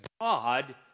God